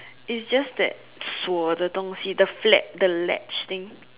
it's just that 我的东西 the flag the ledge thing